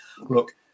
look